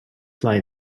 fly